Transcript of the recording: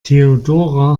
theodora